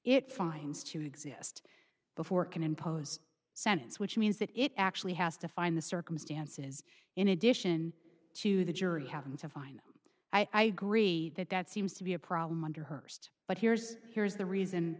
it finds to exist before it can impose sentence which means that it actually has to find the circumstances in addition to the jury having to find them i agree that that seems to be a problem under her st but here's here's the reason